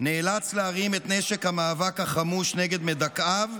נאלץ להרים את נשק המאבק החמוש נגד מדכאיו,